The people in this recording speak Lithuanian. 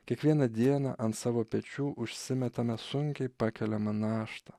kiekvieną dieną ant savo pečių užsimetame sunkiai pakeliamą naštą